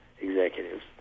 executives